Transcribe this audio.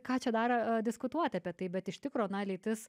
ką čia dar diskutuot apie tai bet iš tikro na lytis